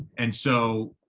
and so,